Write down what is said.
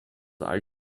all